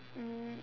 um